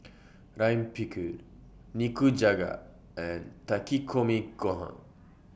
Lime Pickle Nikujaga and Takikomi Gohan